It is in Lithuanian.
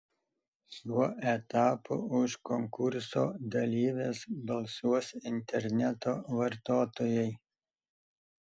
šiuo etapu už konkurso dalyves balsuos interneto vartotojai